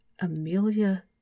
Amelia